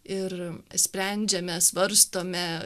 ir sprendžiame svarstome